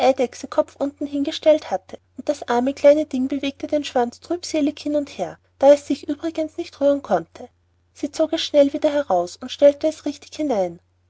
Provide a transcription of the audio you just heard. eidechse kopfunten hineingestellt hatte und das arme kleine ding bewegte den schwanz trübselig hin und her da es sich übrigens nicht rühren konnte sie zog es schnell wieder heraus und stellte es richtig hinein